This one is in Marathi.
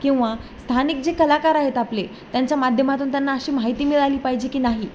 किंवा स्थानिक जे कलाकार आहेत आपले त्यांच्या माध्यमातून त्यांना अशी माहिती मिळाली पाहिजे की नाही